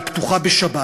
היא פתוחה בשבת,